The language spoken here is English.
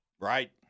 Right